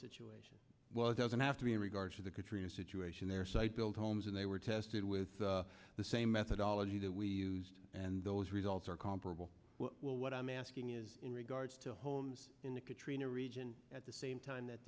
situation was doesn't have to be in regards to the katrina situation there site built homes and they were tested with the same methodology that we used and those results are comparable well what i'm asking is in regards to holmes in the katrina region at the same time that